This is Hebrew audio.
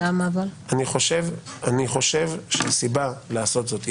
אני חושב שהסיבה לעשות זאת היא,